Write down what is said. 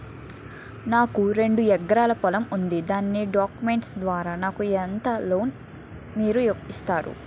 నాకు రెండు ఎకరాల పొలం ఉంది దాని డాక్యుమెంట్స్ ద్వారా నాకు ఎంత లోన్ మీరు ఇస్తారు?